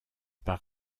par